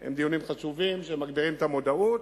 הם דיונים חשובים שמגבירים את המודעות